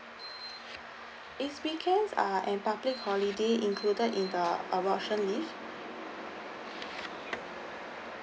is weekend uh and public holiday included in the adoption leave